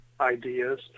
ideas